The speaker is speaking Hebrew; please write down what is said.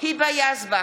היבה יזבק,